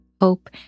Hope